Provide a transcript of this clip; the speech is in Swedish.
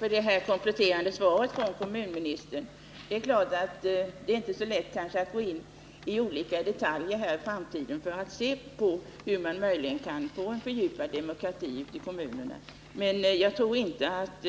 Herr talman! Jag tackar kommunministern för det kompletterande svaret. Det är klart, att det inte är så lätt att här gå in på detaljer om möjligheterna att i framtiden få en fördjupad demokrati ute i kommunerna, men jag tror inte att